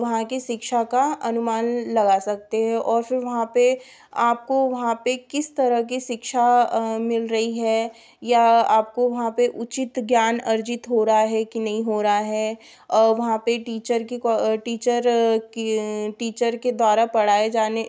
वहाँ की शिक्षा का अनुमान लगा सकते है और फिर वहाँ पर आपको वहाँ पर किस तरह की शिक्षा मिल रही है या आपको वहाँ पर उचित ज्ञान अर्जित हो रहा है कि नहीं हो रहा है वहाँ पर टीचर की टीचर के टीचर के द्वारा पढ़ाए जाने